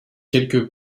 quelque